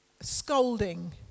scolding